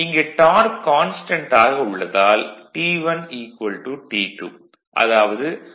இங்கு torque constant ஆக உள்ளதால் T1 T2 அதாவது ∅1Ia1 ∅2Ia2